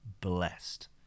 blessed